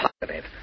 positive